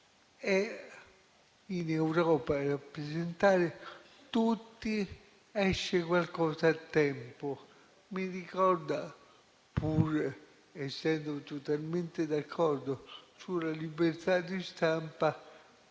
in Europa a rappresentare tutti, esce qualcosa a tempo. Questo mi ricorda, pur essendo totalmente d'accordo sulla libertà di stampa,